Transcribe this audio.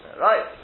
right